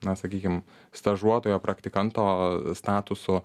na sakykime stažuotojo praktikanto statusu